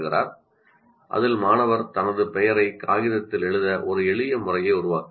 ஒரு எளிய முறையை உருவாக்க முடியும் அதில் மாணவர் தனது பெயரை காகிதத்தில் எழுதுகிறார்